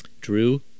Drew